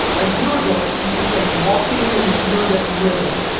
a year ago it used to say marketing in the year that we live in.